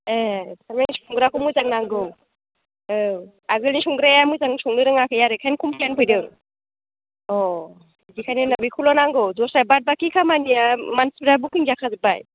ए माने संग्राखौ मोजां नांगौ औ आगोलनि संग्राया मोजां संनो रोङाखै आरो बेखायनो कमप्लेन फैदों अ बेखायनो बेखौल' नांगौ दस्रा बाद बाखि खामानिया मानसिफ्रा बुकिं जाखाजोबबाय